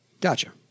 Gotcha